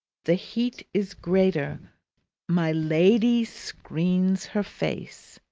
the heat is greater my lady screens her face.